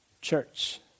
Church